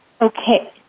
okay